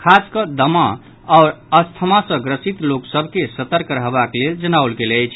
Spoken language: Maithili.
खासकऽ दमा आओर अस्थमा सॅ ग्रसित लोक सभ के सतर्क रहबाक लेल जनाओल गेल अछि